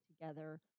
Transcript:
together